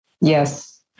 Yes